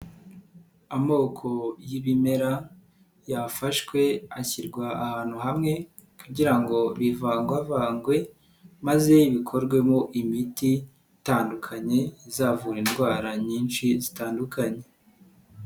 Amoko y'ibimera yafashwe ashyirwa ahantu hamwe kugira ngo bivangwavangwe maze bikorwemo imiti itandukanye izavura indwara nyinshi zitandukanye.